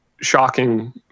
shocking